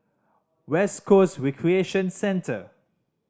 West Coast Recreation Centre